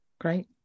great